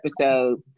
episode